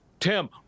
Tim